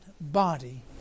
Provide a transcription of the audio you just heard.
body